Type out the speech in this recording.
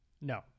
No